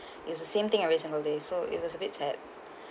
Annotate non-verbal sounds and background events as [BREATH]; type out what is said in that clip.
[BREATH] it's the same thing every single day so it's uh a bit sad [BREATH]